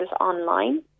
online